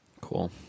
Cool